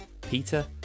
Peter